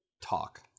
talk